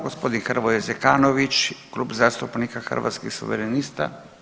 Gospodin Hrvoje Zekanović Klub zastupnika Hrvatskih suverenista.